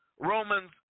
Romans